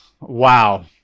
wow